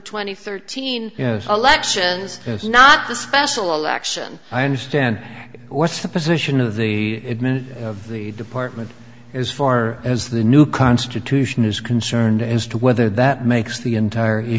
twenty third teen elections not the special election i understand what's the position of the admin of the department as far as the new constitution is concerned as to whether that makes the entire you